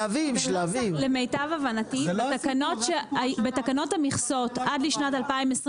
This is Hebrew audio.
למיטב הבנתי, בתקנות המכסות עד שנת 2021